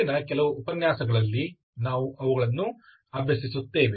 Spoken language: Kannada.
ಮುಂದಿನ ಕೆಲವು ಉಪನ್ಯಾಸಗಳಲ್ಲಿ ನಾವು ಅವುಗಳನ್ನು ಅಭ್ಯಸಿಸುತ್ತೇವೆ